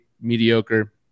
mediocre